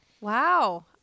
Wow